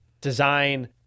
design